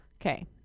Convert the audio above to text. Okay